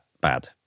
bad